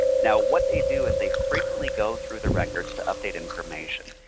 now what they do is they frequently go through the records to update information.